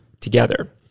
together